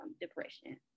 depression